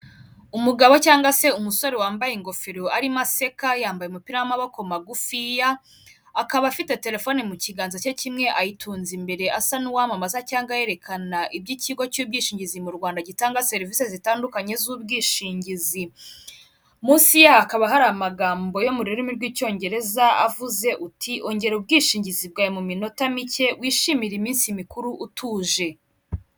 Umugabo cyangwa se umusore wambaye ingofero arimo aseka yambaye umupira w'amaboko magufiya akaba afite telefoni mu kiganza cye kimwe ayitunze imbere asa n'uwamamaza cyangwa yerekana iby'ikigo cy'ubwishingizi mu rwanda gitanga serivisi zitandukanye z'ubwishingizi munsi hakaba hari amagambo yo mu rurimi rw'icyongereza avuze uti ongera ubwishingizi bwawe mu minota mike wishimire iminsi mikuru utuje.